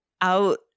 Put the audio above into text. out